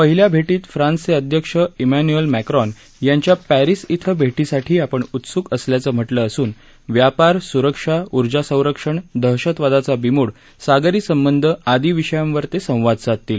पहिल्या भेटीत फ्रान्सचे अध्यक्ष इमॅन्युएल मॅक्रोन यांच्या पॅरिस इथं भेटीसीठी आपण उत्सुक असल्याचं म्हटलं असून व्यापार स्रक्षा ऊर्जा संरक्षण दहशतवादाचा बीमोड सागरी संबंध आदी विषयांवर ते संवाद साधतील